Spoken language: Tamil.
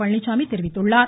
பழனிச்சாமி தெரிவித்துள்ளார்